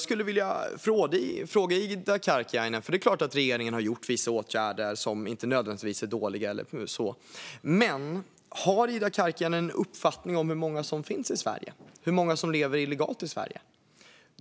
Det är klart att regeringen har vidtagit vissa åtgärder som inte nödvändigtvis är dåliga. Men jag skulle vilja fråga Ida Karkiainen om hon har någon uppfattning om hur många som finns i Sverige och hur många som lever här illegalt.